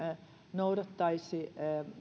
noudattaisi